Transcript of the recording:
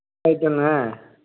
right Anna